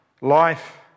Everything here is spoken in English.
life